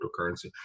cryptocurrency